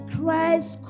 Christ